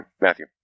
Matthew